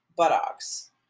buttocks